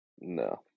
No